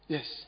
Yes